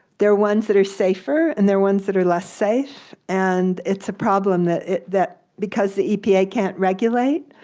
there are ones that are safer, and there are ones that are less safe, and it's a problem that that because the epa can't regulate.